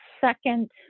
second